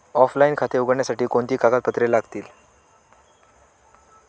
Offline खाते उघडण्यासाठी कोणती कागदपत्रे लागतील?